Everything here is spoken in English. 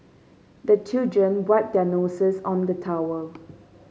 the children wipe their noses on the towel